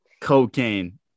cocaine